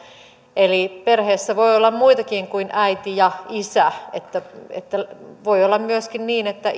eli perheessä voi olla muitakin kuin äiti ja isä voi olla myöskin niin että